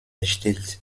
erstellt